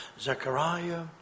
Zechariah